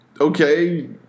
Okay